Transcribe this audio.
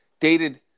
dated